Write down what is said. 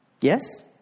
Yes